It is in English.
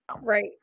Right